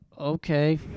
Okay